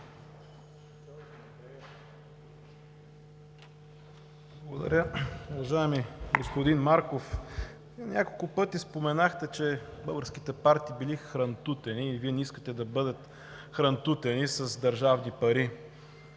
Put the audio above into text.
Благодаря Ви. Уважаеми господин Марков, няколко пъти споменахте, че българските партии били хрантутени или не искате да бъдат хрантутени с държавни пари.